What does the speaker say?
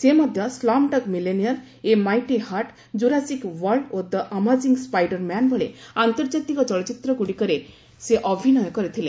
ସେ ମଧ୍ୟ Slumdog Millionaire A Mighty Heart Jurassic World ଓ ଦ ଆମାଜିଙ୍ଗ୍ ସ୍କାଇଡରମ୍ୟାନ୍ ଭଳି ଆନ୍ତର୍ଜାତିକ ଚଳଚ୍ଚିତ୍ରଗୁଡ଼ିକରେ ସେ ଅଭିନୟ କରିଥିଲେ